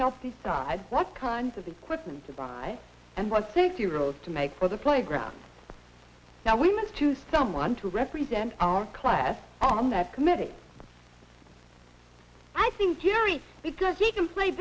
help decide what kinds of equipment to buy and what six euros to make for the playground now we move to someone to represent our class on that committee i think because he can play